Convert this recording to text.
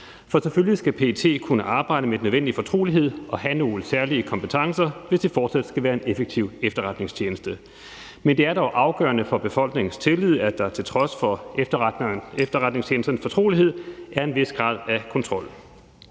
For selvfølgelig skal PET kunne arbejde med den nødvendige fortrolighed og have nogle særlige kompetencer, hvis det fortsat skal være en effektiv efterretningstjeneste. Det er dog afgørende for befolkningens tillid, at der til trods for efterretningstjenesternes fortrolighed er en vis grad af kontrol.